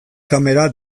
kamera